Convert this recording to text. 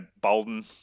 Bolden